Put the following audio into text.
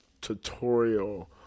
tutorial